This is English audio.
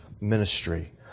ministry